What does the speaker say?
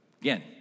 again